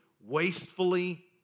wastefully